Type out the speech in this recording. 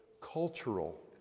cultural